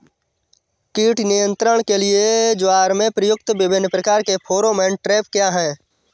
कीट नियंत्रण के लिए ज्वार में प्रयुक्त विभिन्न प्रकार के फेरोमोन ट्रैप क्या है?